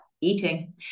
eating